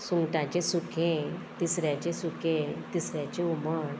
सुंगटाचें सुखें तिसऱ्याचें सुखें तिसऱ्याचें हुमण